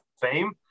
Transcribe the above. Fame